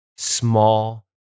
small